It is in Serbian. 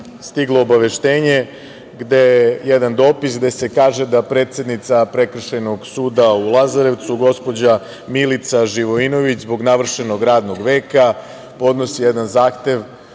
jedno obaveštenje, jedan dopis, gde se kaže da predsednica Prekršajnog suda u Lazarevcu, gospođa Milica Živojinović, zbog navršenog radnog veka podnosi jedan zahtev